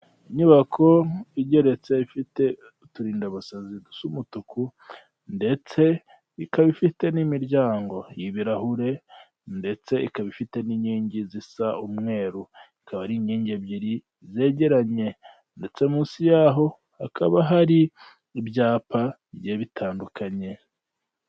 Inyubako igeretse, ifite uturindabasazi dusa umutuku, ndetse ikaba ifite n'imiryango y'ibirahure, ndetse ikaba ifite n'inkingi zisa umweru. Akaba ari inkingi ebyiri zegeranye. Ndetse munsi yaho hakaba hari ibyapa bigiye bitandukanye.